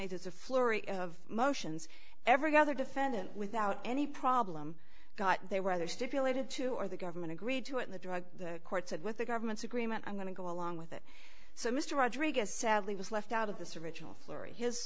as a flurry of motions every other defendant without any problem got they were either stipulated to or the government agreed to it in the drug courts and with the government's agreement i'm going to go along with it so mr rodriguez sadly was left out of th